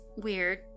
weird